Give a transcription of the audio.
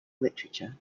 literature